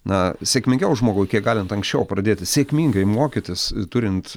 na sėkmingiau žmogui kiek galint anksčiau pradėti sėkmingai mokytis turint